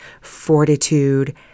fortitude